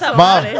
mom